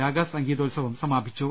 രാഗാസ് സംഗീതോത്സവം സമാപിച്ചു